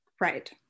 right